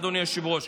אדוני היושב-ראש,